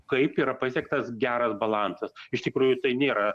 kaip yra pasiektas geras balansas iš tikrųjų tai nėra